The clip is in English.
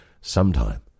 sometime